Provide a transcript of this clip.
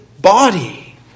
body